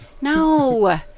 No